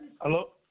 Hello